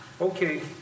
Okay